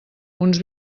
uns